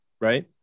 right